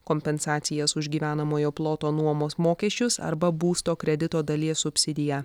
kompensacijas už gyvenamojo ploto nuomos mokesčius arba būsto kredito dalies subsidiją